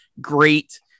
great